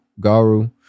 Garu